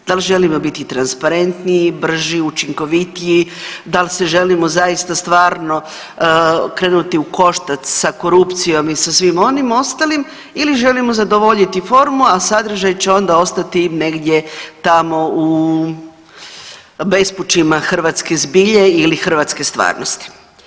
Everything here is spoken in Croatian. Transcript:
Da li želimo biti transparentniji, brži, učinkovitiji, dal se želimo zaista stvarno krenuti u koštac sa korupcijom i svim onim ostalim ili želimo zadovoljiti formu, a sadržaj će onda ostati negdje tamo u bespućima hrvatske zbilje ili hrvatske stvarnosti?